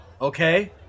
Okay